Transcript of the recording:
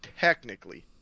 technically